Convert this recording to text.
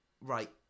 Right